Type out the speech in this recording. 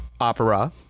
opera